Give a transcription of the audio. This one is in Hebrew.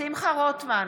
שמחה רוטמן,